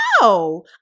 no